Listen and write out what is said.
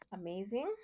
amazing